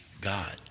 God